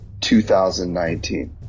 2019